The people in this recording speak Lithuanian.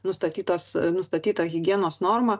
nustatytos nustatytą higienos normą